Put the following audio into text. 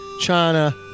China